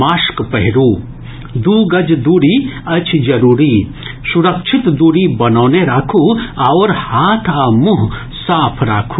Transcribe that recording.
mask पहिरू दू गज दूरी अछि जरूरी सुरक्षित दूरी बनौने राखू आओर हाथ आ मुंह साफ राखू